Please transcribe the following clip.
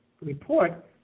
report